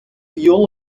viool